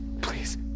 Please